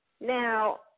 Now